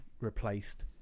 replaced